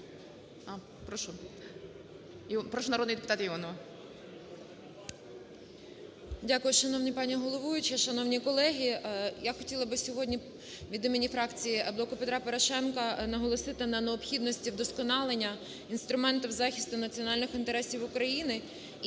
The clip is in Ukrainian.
Дякую. Шановна пані головуюча, шановні колеги, я б хотіла сьогодні від імені фракції "Блоку Петра Порошенка" наголосити на необхідності вдосконалення інструменту захисту національних інтересів України